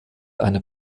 eine